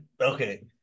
okay